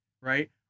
right